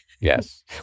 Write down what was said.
Yes